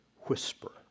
whisper